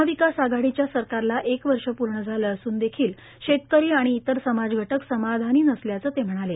महाविकास आघाडिच्या सरकारला एक वर्ष पूर्ण झालं असून देखील शेतकरी आणि इतर समाजघटक समाधानी नसल्याचं ते म्हणाले